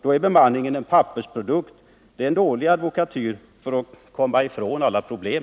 Då är bemanningen en pappersprodukt. Det är en dålig advokatyr för att komma ifrån alla problem.